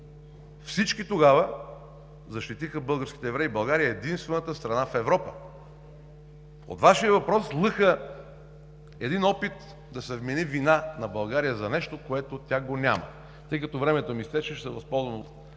Всички тогава защитиха българските евреи. България е единствената страна в Европа. От Вашия въпрос лъха един опит да се вмени вина на България за нещо, което тя го няма. Тъй като времето ми изтече, ще се възползвам